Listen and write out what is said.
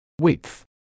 width